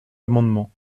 amendement